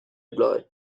reply